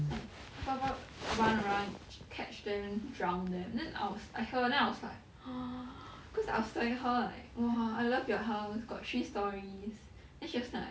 like 她爸爸 run around catch them drown them then I was I hear then I was like cause I was telling her like !wah! I love your house got three storeys then she was like